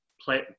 play